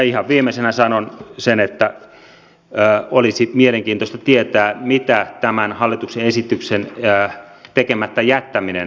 ihan viimeisenä sanon sen että olisi mielenkiintoista tietää mitä tämän hallituksen esityksen tekemättä jättäminen maksaisi suomelle